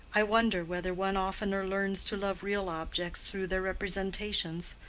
i wonder whether one oftener learns to love real objects through their representations,